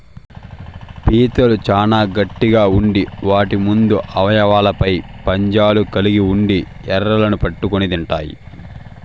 పీతలు చానా గట్టిగ ఉండి వాటి ముందు అవయవాలపై పంజాలు కలిగి ఉండి ఎరలను పట్టుకొని తింటాయి